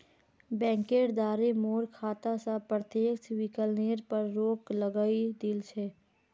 बैंकेर द्वारे मोर खाता स प्रत्यक्ष विकलनेर पर रोक लगइ दिल छ